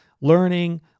learning